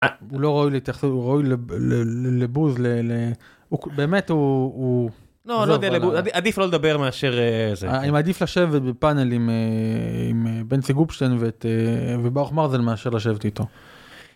הוא לא ראוי להתייחסות, הוא ראוי לבוז ל, ל, הוא באמת הוא, הוא.. לא לא יודע, עדיף לא לדבר מאשר..., אני מעדיף לשבת בפאנל עם בנצי גופשטיין וברוך מרזל מאשר לשבת איתו.